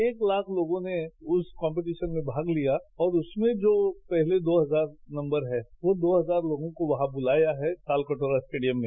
एक लाख लोगों ने उस कॉम्पेटिशन में भाग लिया और उसमें जो पहले दो हजार नम्बर है वो दो हजार लोगों को वहां बुलाया है तालकटोरा स्टेडियम में